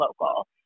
local